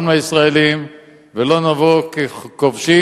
גם לישראלים, ולא נבוא ככובשים,